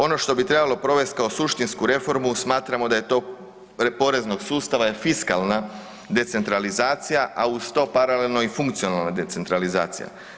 Ono što bi trebalo provesti kao suštinsku reformu, smatramo da je to poreznog sustava je fiskalna decentralizacija, a uz to funkcionalna decentralizacija.